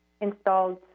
installed